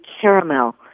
caramel